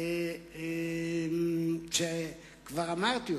כבר אמרתי.